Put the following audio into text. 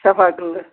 صفا قٔدلہٕ